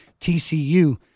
TCU